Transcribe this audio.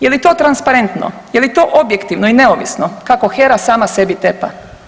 Je li to transparentno, je li to objektivno i neovisno kako HERA sama sebi tepa?